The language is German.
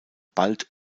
bald